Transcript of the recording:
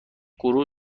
گروه